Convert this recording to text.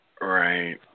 Right